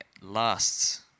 lasts